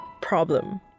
problem